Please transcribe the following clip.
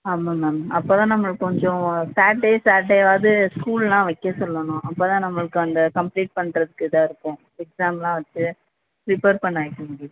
ஆமாம் மேம் அப்போ தான் நம்மளுக்கு கொஞ்சம் சாட்டர்டே சாட்டர்டேவாது ஸ்கூல்லாம் வைக்கச் சொல்லணும் அப்போத்தான் நம்மளுக்கு அந்த கம்ப்ளீட் பண்ணுறதுக்கு இதாக இருக்கும் எக்ஸ்சாம்லாம் வச்சி ப்ரிப்பேர் பண்ண வைக்க முடியும்